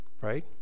right